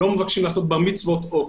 לא מבקשים לערוך בר מצוות או קידושין,